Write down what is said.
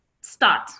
start